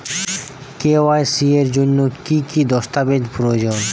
KYC এর জন্যে কি কি দস্তাবেজ প্রয়োজন?